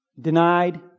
Denied